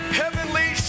heavenly